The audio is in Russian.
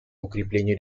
укреплению